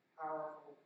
powerful